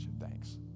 Thanks